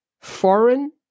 foreign